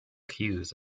clues